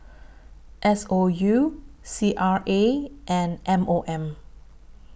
S O U C R A and M O M